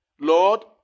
Lord